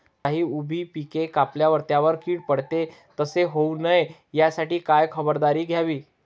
काही उभी पिके कापल्यावर त्यावर कीड पडते, तसे होऊ नये यासाठी काय खबरदारी घ्यावी?